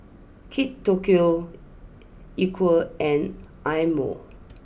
Kate Tokyo Equal and Eye Mo